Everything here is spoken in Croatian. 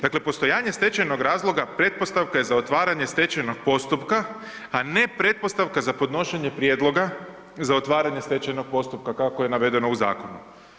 Dakle, postojanje stečajnog razloga pretpostavka je za otvaranje stečajnog postupka, a ne pretpostavka za podnošenje prijedloga za otvaranje stečajnog postupka kako je navedeno u zakonu.